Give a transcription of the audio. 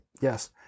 yes